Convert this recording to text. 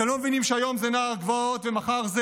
אתם לא מבינים שהיום זה נער הגבעות ומחר זה